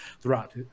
throughout